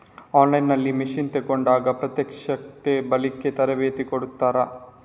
On line ನಲ್ಲಿ machine ತೆಕೋಂಡಾಗ ಪ್ರತ್ಯಕ್ಷತೆ, ಬಳಿಕೆ, ತರಬೇತಿ ಕೊಡ್ತಾರ?